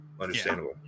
understandable